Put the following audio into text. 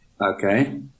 Okay